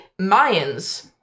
Mayans